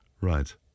Right